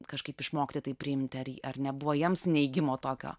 kažkaip išmokti tai priimti ar ar nebuvo jiems neigimo tokio